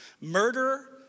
murderer